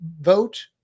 vote